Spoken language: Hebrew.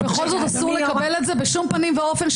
בכל זאת אסור לקבל את זה בשום פנים ואופן,